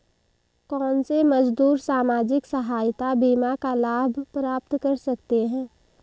कौनसे मजदूर सामाजिक सहायता बीमा का लाभ प्राप्त कर सकते हैं?